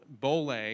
bole